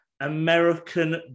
American